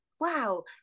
wow